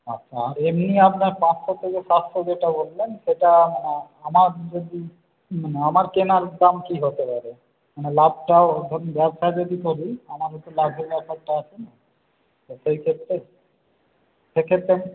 আচ্ছা আর এমনি আপনার পাঁচশো থেকে সাতশো যেটা বললেন সেটা মানে আমার যদি মানে আমার কেনার দাম কী হতে পারে মানে লাভটাও ধরুন ব্যবসা যদি করি আমারও তো লাভের ব্যাপারটা আছে না তো সেইক্ষেত্রে সেক্ষেত্রে